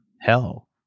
hell